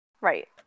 right